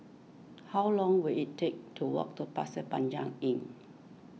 how long will it take to walk to Pasir Panjang Inn